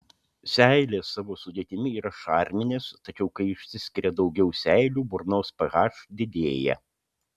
seilės savo sudėtimi yra šarminės tačiau kai išsiskiria daugiau seilių burnos ph didėja